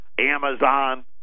Amazon